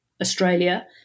Australia